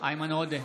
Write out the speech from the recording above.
איימן עודה,